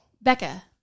Becca